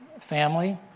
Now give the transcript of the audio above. family